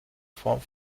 form